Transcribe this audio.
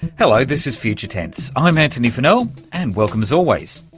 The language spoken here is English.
hello, this is future tense, i'm antony funnell, and welcome as always.